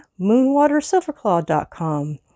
moonwatersilverclaw.com